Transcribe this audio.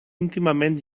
íntimament